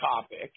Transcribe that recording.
topic